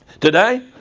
today